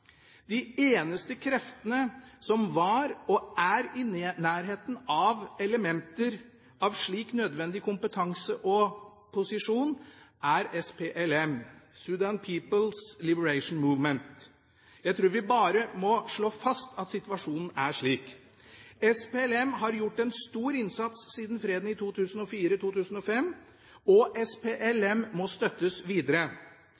De eneste kreftene som var og er i nærheten av elementer av slik nødvendig kompetanse og posisjon, er SPLM, Sudan People’s Liberation Movement. Jeg tror vi bare må slå fast at situasjonen er slik. SPLM har gjort en stor innsats siden freden i 2004–2005, og SPLM må støttes videre.